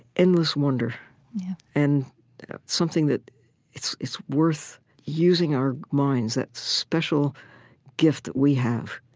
endless wonder and something that it's it's worth using our minds, that special gift that we have.